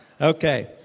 Okay